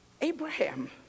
Abraham